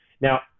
Now